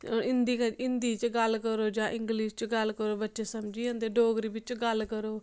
हिंदी हिंदी च गल्ल करो जां इंग्लिश च गल्ल करो बच्चे समझी जंदे डोगरी बिच्च गल्ल करो